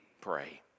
pray